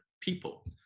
people